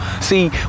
See